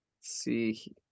see